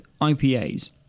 IPAs